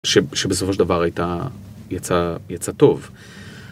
שבסופו של דבר יצא טוב.